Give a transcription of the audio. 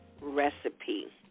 recipe